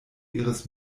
ihres